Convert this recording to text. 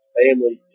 family